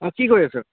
অ' কি কৰি আছ'